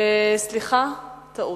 סליחה, טעות.